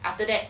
after that